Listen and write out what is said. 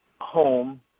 home